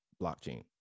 blockchain